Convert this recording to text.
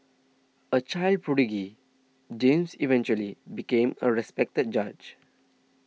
a child prodigy James eventually became a respected judge